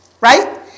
right